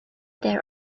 their